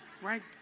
Right